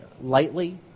lightly